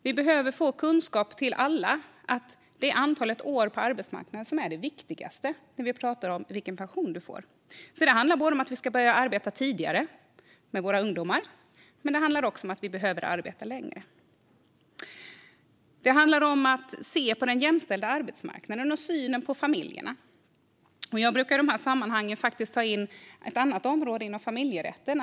Alla behöver få kunskap om att det är antalet år på arbetsmarknaden som är det viktigaste när vi pratar om vilken pension vi får. Det handlar både om att våra ungdomar ska börja arbeta tidigare och om att vi behöver arbeta längre. Det handlar om att se på den jämställda arbetsmarknaden och synen på familjerna. Jag brukar i dessa sammanhang ta in ett annat område inom familjerätten.